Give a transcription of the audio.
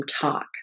talk